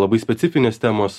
labai specifinės temos